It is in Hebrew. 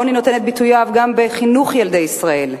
העוני נותן את ביטוייו גם בחינוך ילדי ישראל,